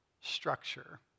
structure